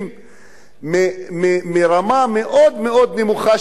מרמה מאוד מאוד נמוכה של שירותים,